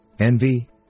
envy